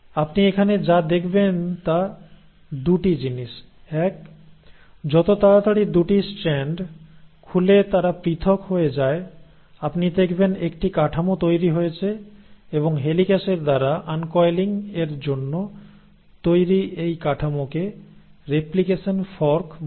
আপনি এখানে যা দেখবেন তা 2 টি জিনিস এক যত তাড়াতাড়ি 2 টি স্ট্র্যান্ড খুলে তারা পৃথক হয়ে যায় আপনি দেখবেন একটি কাঠামো তৈরি হয়েছে এবং হেলিক্যাসের দ্বারা আনকয়েলিং এর জন্য তৈরি এই কাঠামোকে রেপ্লিকেশন ফর্ক বলে